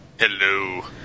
Hello